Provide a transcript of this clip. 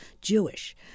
Jewish